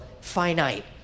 finite